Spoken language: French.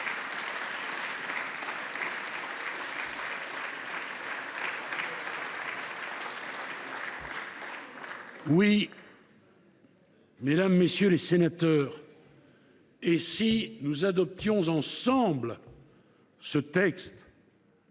Mesdames, messieurs les sénateurs, et si nous adoptions ensemble ce texte